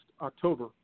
October